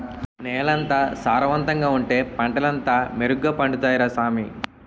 నేలెంత సారవంతంగా ఉంటే పంటలంతా మెరుగ్గ పండుతాయ్ రా సామీ